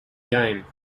game